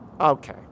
Okay